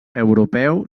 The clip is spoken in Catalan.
europeu